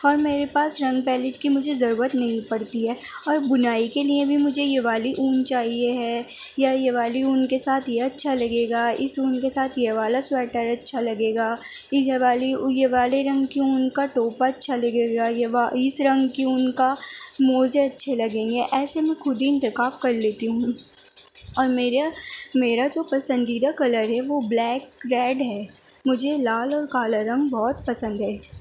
اور میرے پاس رنگ پیلیٹ کی مجھے ضرورت نہیں پڑتی ہے اور بنائی کے لیے بھی مجھے یہ والی اون چاہیے ہے یا یہ والی اون کے ساتھ یہ اچھا لگے گا اس اون کے ساتھ یہ والا سویٹر اچھا لگے گا یہ والی یہ والے رنگ کے اون کا ٹوپا اچھا لگے گا یہ اس رنگ کی اون کا موزے اچھے لگیں گے ایسے میں خود ہی انتخاب کر لیتی ہوں اور میرا میرا جو پسندیدہ کلر ہے وہ بلیک ریڈ ہے مجھے لال اور کالا رنگ بہت پسند ہے